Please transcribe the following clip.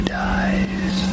dies